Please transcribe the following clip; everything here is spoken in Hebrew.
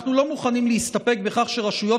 אנחנו לא מוכנים להסתפק בכך שרשויות